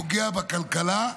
פוגע בכלכלה,